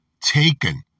taken